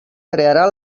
crearà